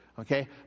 okay